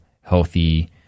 healthy